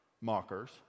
mockers